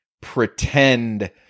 pretend